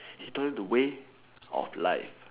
he taught him the way of life